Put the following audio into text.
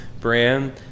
brand